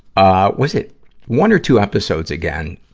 ah was it one or two episodes again,